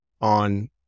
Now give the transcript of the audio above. On